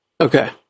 Okay